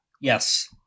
Yes